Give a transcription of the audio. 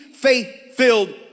faith-filled